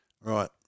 Right